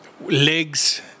legs